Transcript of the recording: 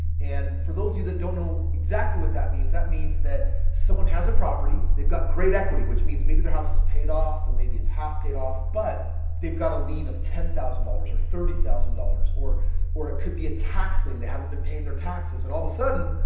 and for those of you that don't know exactly what that means, that means that someone has a property, they've got great equity. which means maybe their house is paid off or maybe it's half paid off. off. but they've got a lien of ten thousand dollars or thirty thousand dollars or or it could be a tax lien. they haven't been paying their taxes. and all of a sudden,